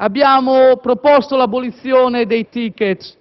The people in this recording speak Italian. Abbiamo proposto l'abolizione dei *ticket*